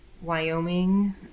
Wyoming